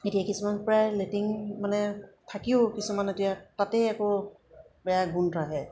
এতিয়া কিছুমান প্ৰায় লেটিন মানে থাকিও কিছুমান এতিয়া তাতেই আকৌ বেয়া গোন্ধ আহে